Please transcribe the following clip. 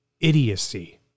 idiocy